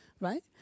right